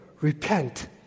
repent